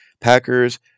Packers